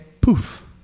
poof